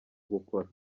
gukora